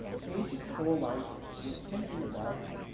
cage's whole life was thinking about,